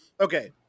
okay